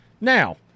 Now